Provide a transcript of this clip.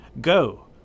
Go